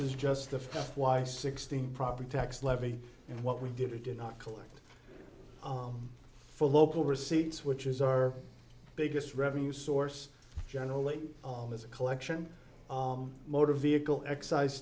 is just the why sixteen property tax levy and what we did we did not collect for local receipts which is our biggest revenue source generally all as a collection motor vehicle excise